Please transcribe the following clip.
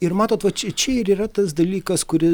ir matot va čia čia ir yra tas dalykas kuri